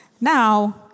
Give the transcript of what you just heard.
Now